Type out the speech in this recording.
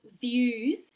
views